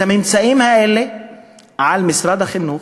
את הממצאים האלה על משרד החינוך,